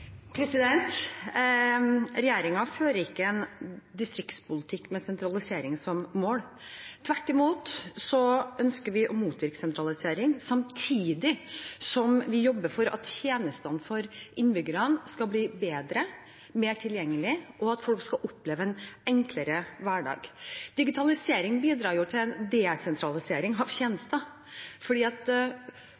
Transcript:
fører ikke en distriktspolitikk med sentralisering som mål. Tvert imot ønsker vi å motvirke sentralisering – samtidig som vi jobber for at tjenestene for innbyggerne skal bli bedre og mer tilgjengelige, og at folk skal oppleve en enklere hverdag. Digitalisering bidrar jo til en desentralisering av